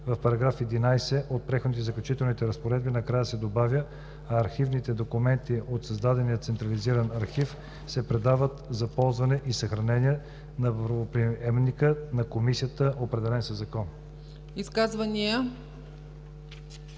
В § 11 от Преходните и заключителните разпоредби накрая се добавя „а архивните документи от създадения централизиран архив се предават за ползване и съхранение на правоприемника на „Комисията, определен със закон.“